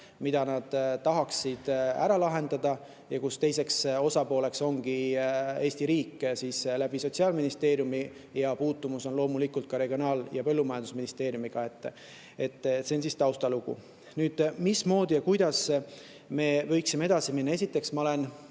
mille nad tahaksid ära lahendada ja teiseks osapooleks on Eesti riik Sotsiaalministeeriumi kaudu ja puutumus on loomulikult ka Regionaal- ja Põllumajandusministeeriumiga. See on siis taustalugu. Mismoodi ja kuidas me võiksime edasi minna? Esiteks, ma olen